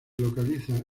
localiza